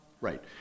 right